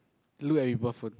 look at people phone